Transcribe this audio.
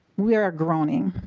we are groaning.